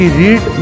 read